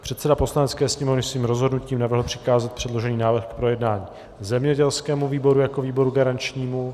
Předseda Poslanecké sněmovny svým rozhodnutím navrhl přikázat předložený návrh k projednání zemědělskému výboru jako výboru garančnímu.